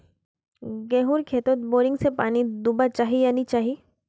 गेँहूर खेतोत बोरिंग से पानी दुबा चही या नी चही?